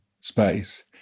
space